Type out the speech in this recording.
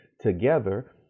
together